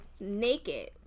naked